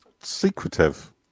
secretive